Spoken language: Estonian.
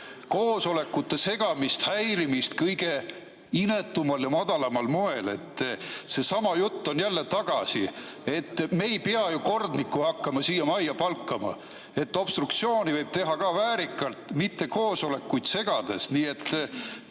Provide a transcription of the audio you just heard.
koosolekute segamist, häirimist kõige inetumal ja madalamal moel. Seesama jutt on jälle tagasi. Me ei pea ju kordnikku hakkama siia majja palkama. Obstruktsiooni võib teha ka väärikalt, mitte koosolekuid segades.